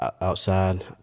outside